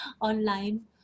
online